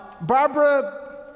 barbara